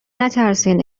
نترسین